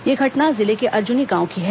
यह घटना जिले के अर्जुनी गांव की है